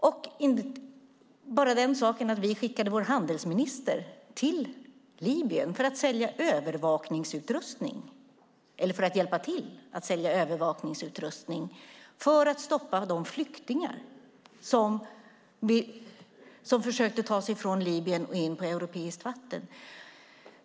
Jag kan bara nämna att vi skickade vår handelsminister till Libyen för att sälja övervakningsutrustning, eller för att hjälpa till att sälja övervakningsutrustning, för att stoppa de flyktingar som försökte ta sig från Libyen och in på europeiskt vatten.